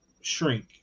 shrink